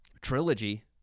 trilogy